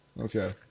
Okay